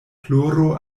ploro